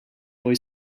boy